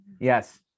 Yes